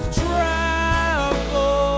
travel